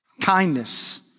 kindness